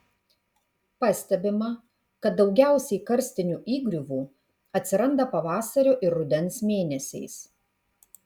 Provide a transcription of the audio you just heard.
pastebima kad daugiausiai karstinių įgriuvų atsiranda pavasario ir rudens mėnesiais